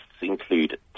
include